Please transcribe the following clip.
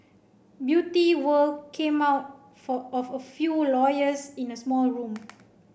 Beauty World came out for of a few lawyers in a small room